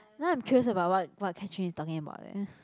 now I'm curious about what what Catherine is talking about leh